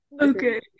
okay